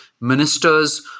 ministers